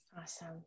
Awesome